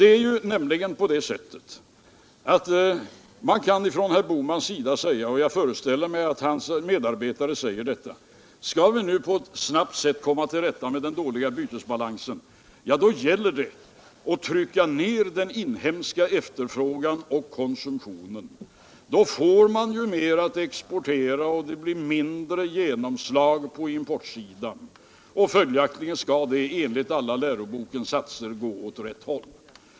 Herr Bohman kan ju säga — och jag föreställer mig att hans medarbetare säger det — att skall vi nu på ett snabbt sätt komma till rätta med den dåliga bytesbalansen gäller det att trycka ned den inhemska efterfrågan och konsumtionen. Då får man mera att exportera och det blir mindre genomslag på importsidan, och följaktligen skall det enligt alla lärobokens satser gå åt rätt håll.